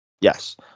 Yes